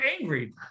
angry